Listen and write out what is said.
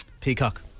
Peacock